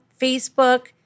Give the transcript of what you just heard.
Facebook